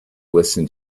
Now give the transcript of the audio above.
listen